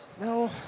No